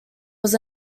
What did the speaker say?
was